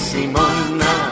Simona